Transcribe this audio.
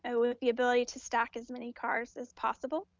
ah with the ability to stack as many cars as possible.